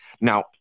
Now